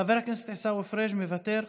חבר הכנסת עיסאווי פריג' מוותר,